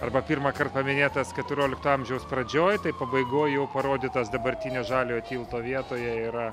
arba pirmąkart paminėtas keturiolikto amžiaus pradžioj tai pabaigoj jau parodytas dabartinio žaliojo tilto vietoje yra